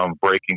breaking